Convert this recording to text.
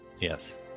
Yes